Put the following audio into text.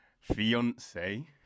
fiance